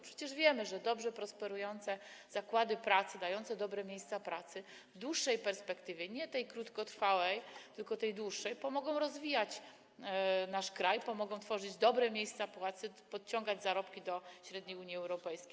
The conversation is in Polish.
Przecież wiemy, że dobrze prosperujące zakłady pracy, stwarzające dobre miejsca pracy w dłuższej perspektywie, nie tej krótkotrwałej, tylko tej dłuższej, pomogą rozwijać nasz kraj, pomogą tworzyć dobre miejsca pracy, podciągać wysokość zarobków do średniej Unii Europejskiej.